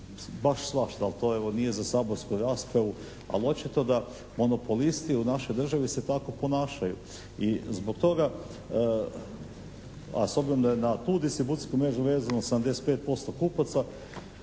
baš svašta, ali to nije za saborsku raspravu, ali očito da monopolisti u našoj državi se tako ponašaju i zbog toga, a s obzirom da je na tu distribucijsku mrežu vezano 75% kupaca